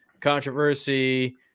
controversy